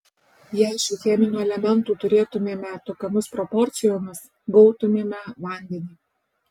jei šių cheminių elementų turėtumėme tokiomis proporcijomis gautumėme vandenį